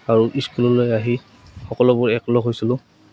আৰু স্কুললৈ আহি সকলোবোৰ একলগ হৈছিলোঁ